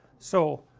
so,